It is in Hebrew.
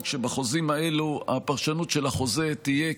שבחוזים האלו הפרשנות של החוזה תהיה ככלל,